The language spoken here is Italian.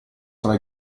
tra